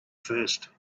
first